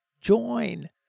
join